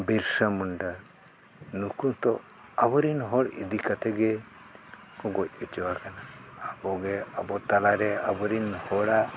ᱵᱤᱨᱥᱟ ᱢᱩᱱᱰᱟ ᱱᱩᱠᱩ ᱛᱳ ᱟᱵᱚᱨᱮᱱ ᱦᱚᱲ ᱤᱫᱤ ᱠᱟᱛᱮᱫ ᱜᱮ ᱠᱚ ᱜᱚᱡ ᱚᱪᱚ ᱟᱠᱟᱱᱟ ᱟᱵᱚ ᱜᱮ ᱟᱵᱚ ᱛᱟᱞᱟᱨᱮ ᱟᱵᱚᱨᱮᱱ ᱦᱚᱲᱟᱜ